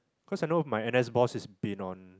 cause I know my N_S boss is been on